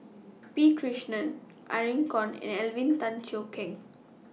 P Krishnan Irene Khong and Alvin Tan Cheong Kheng